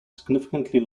significantly